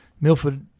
Milford